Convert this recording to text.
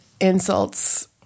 insults